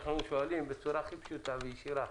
אנו שואלים בצורה הכי פשוטה וישירה: